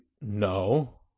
no